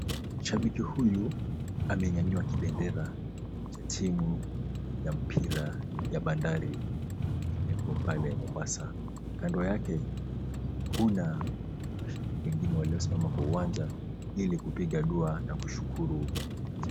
Shabiki huyu amenyanyua kibendera cha timu ya mpira ya bandari iliyoko pale Mombasa kando yake, kuna mashabiki wengine waliosimama kwa uwanja ili kupiga dua na kuwashukuru wachezaji.